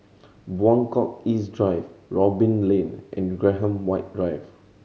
Buangkok East Drive Robin Lane and Graham White Drive